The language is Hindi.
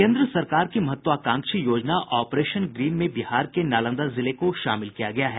केन्द्र सरकार की महत्वाकांक्षी योजना ऑपरेशन ग्रीन में बिहार के नालंदा जिले को शामिल किया गया है